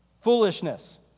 foolishness